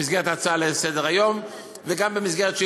במסגרת הצעה לסדר-היום,